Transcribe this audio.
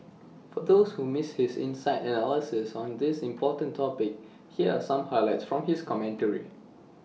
for those who missed his insightful analysis on this important topic here are some highlights from his commentary